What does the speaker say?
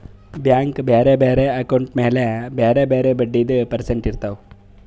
bank ಬ್ಯಾರೆ ಬ್ಯಾರೆ account ಮ್ಯಾಲ ಬ್ಯಾರೆ ಬ್ಯಾರೆ ಬಡ್ಡಿದು ಪರ್ಸೆಂಟ್ ಇರ್ತಾವ್